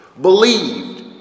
believed